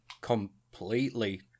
completely